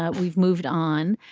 ah we've moved on.